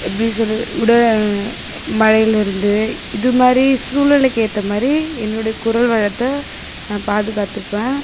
எப்படி சொல்கிறது உட மழையில் இருந்து இதுமாதிரி சூழலுக்கு ஏற்ற மாதிரி என்னுடைய குரல் வளத்தை நான் பாதுகாத்துப்பேன்